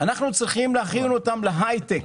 אנחנו צריכים להכין אותם להיי-טק.